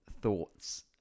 thoughts